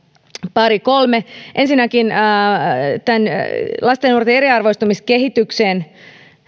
pari kolme ensinnäkin lasten ja nuorten eriarvoistumiskehityksen